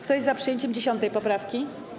Kto jest za przyjęciem 10. poprawki?